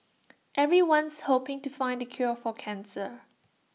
everyone's hoping to find the cure for cancer